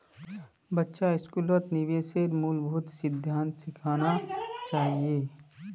बच्चा स्कूलत निवेशेर मूलभूत सिद्धांत सिखाना चाहिए